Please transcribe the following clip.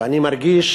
ואני מרגיש